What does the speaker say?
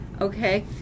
okay